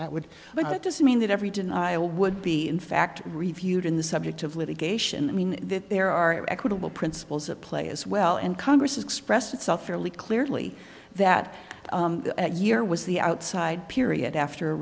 that would but it doesn't mean that every denial would be in fact reviewed in the subject of litigation i mean that there are equitable principles at play as well and congress expressed itself fairly clearly that year was the outside period after